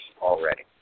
already